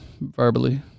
verbally